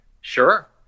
sure